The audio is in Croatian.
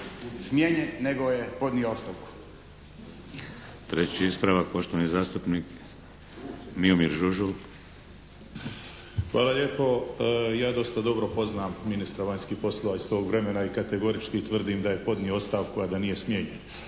smijenjen nego je podnio ostavku. **Šeks, Vladimir (HDZ)** Treći ispravak, poštovani zastupnik Miomir Žužul. **Žužul, Miomir (HDZ)** Hvala lijepo. Ja dosta dobro poznam ministra vanjskih poslova iz tog vremena i kategorički tvrdim da je podnio ostavku, a da nije smijenjen,